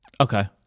Okay